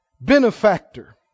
Benefactor